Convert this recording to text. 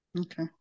Okay